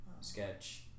sketch